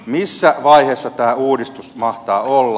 missä vaiheessa tämä uudistus mahtaa olla